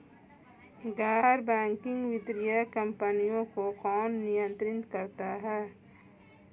गैर बैंकिंग वित्तीय कंपनियों को कौन नियंत्रित करता है?